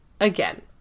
again